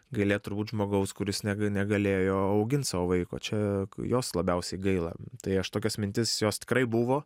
gailėt turbūt žmogaus kuris nega negalėjo augint savo vaiko čia jos labiausiai gaila tai aš tokias mintis jos tikrai buvo